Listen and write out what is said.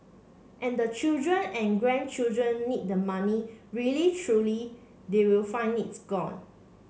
and the children and grandchildren need the money really truly they will find it's gone